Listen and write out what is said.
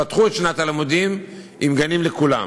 פתחו את שנת הלימודים עם גנים לכולם.